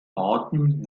arten